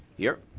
here.